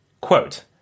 quote